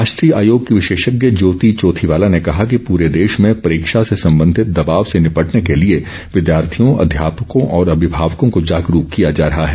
राष्ट्रीय आयोग की विशेषज्ञ ज्योति चोथीवाला ने कहा कि पूरे देश में परीक्षा से संबंधित दबाव से निपटने के लिए विद्यार्थियों अध्यापकों और अभिभावकों को जागरूक किया जा रहा है